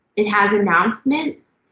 it has announcements,